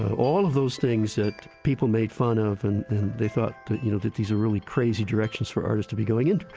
all of those things that people made fun of and they thought you know that these are really crazy directions for artists to be going in.